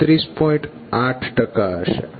8 હશે